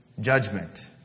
judgment